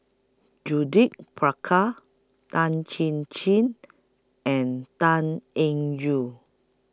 Judith Prakash Tan Chin Chin and Tan Eng Joo